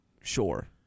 Sure